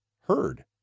heard